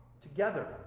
Together